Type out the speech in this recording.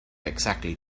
exactly